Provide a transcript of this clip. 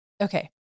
Okay